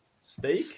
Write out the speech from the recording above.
steak